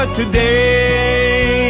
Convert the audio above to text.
today